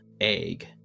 egg